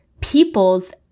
people's